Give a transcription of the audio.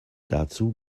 dazu